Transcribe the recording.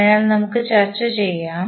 അതിനാൽ നമുക്ക് ചർച്ച ചെയ്യാം